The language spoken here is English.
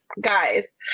guys